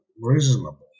reasonable